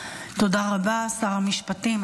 תודה רבה, שר המשפטים.